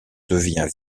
devient